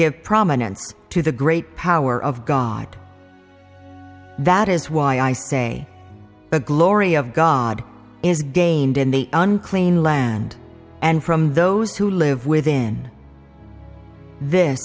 give prominence to the great power of god that is why i say the glory of god is gained in the unclean land and from those who live within this